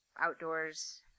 outdoors